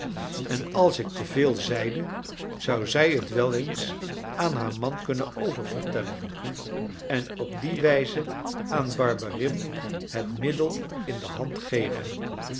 en als ik te veel zeide zou zij het wel eens aan haar man kunnen oververtellen en op die wijze aan barberin het middel in de hand geven